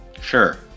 Sure